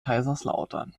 kaiserslautern